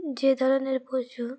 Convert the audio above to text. যে ধরনের পশু